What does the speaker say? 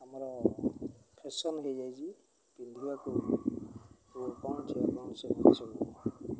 ଆମର ଫେସନ୍ ହେଇଯାଇଛି ପିନ୍ଧିବାକୁ କଣ ସେ ସବୁକୁ